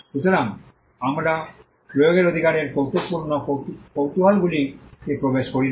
সুতরাং আমরা প্রয়োগের অধিকারের কৌতুকপূর্ণ কৌতূহলগুলিতে প্রবেশ করি না